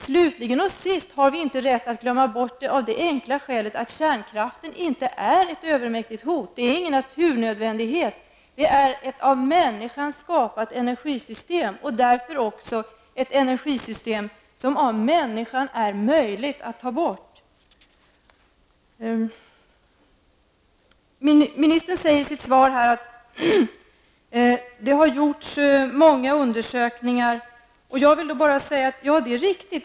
Slutligen är kärnkraften inte ett övermäktigt hot. Kärnkraft är ingen naturnödvändighet, utan ett av människan skapat energisystem och därför möjligt att också ta bort. Ministern sade i sitt svar att det har gjorts många undersökningar. Det är riktigt.